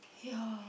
yeah